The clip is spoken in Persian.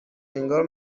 انگار